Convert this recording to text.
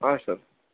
હા સર